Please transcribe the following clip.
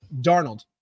Darnold